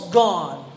gone